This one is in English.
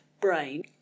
brain